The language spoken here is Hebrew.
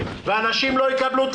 כתבנו את